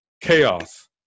chaos